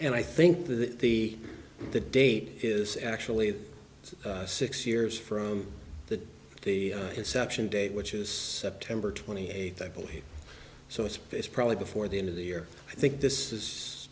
and i think that the the date is actually six years from that the conception date which is september twenty eighth i believe so it's probably before the end of the year i think this is